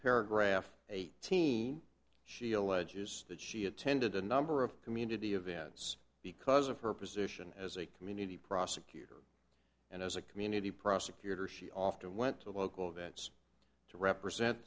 paragraph eighteen she alleges that she attended a number of community events because of her position as a community prosecutor and as a community prosecutor she often went to local events to represent